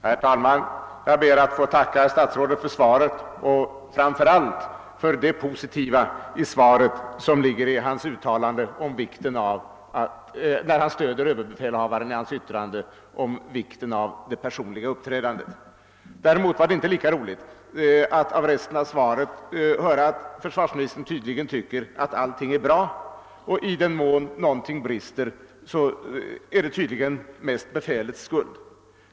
Herr talman! Jag ber att få tacka statsrådet för svaret och framför allt för det positiva som ligger i att statsrådet stöder överbefälhavaren i hans yttrande om vikten av det personliga uppträdandet. Däremot var det inte lika roligt att av resten av svaret få höra att försvarsministern tydligen tycker att allting är bra och att i den mån någonting brister det mest är befälets skuld.